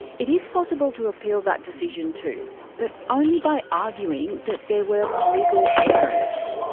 it is possible to appeal that decision too but only by arguing that there were legal errors.